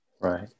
Right